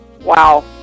Wow